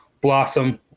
blossom